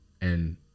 and-